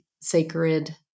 sacred